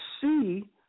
see